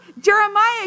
Jeremiah